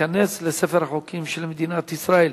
תשעה בעד, אין מתנגדים, אין נמנעים.